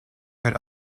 had